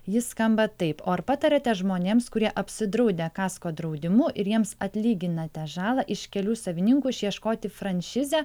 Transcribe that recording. ji skamba taip o ar patariate žmonėms kurie apsidraudę kasko draudimu ir jiems atlyginate žalą iš kelių savininkų išieškoti franšizę